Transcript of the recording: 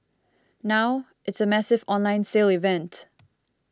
now it's a massive online sale event